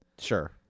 Sure